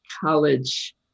college